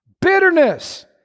Bitterness